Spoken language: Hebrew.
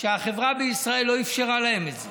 שהחברה בישראל לא אפשרה להם את זה.